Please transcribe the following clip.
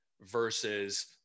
versus